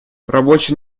рабочая